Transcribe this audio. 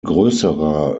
größerer